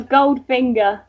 Goldfinger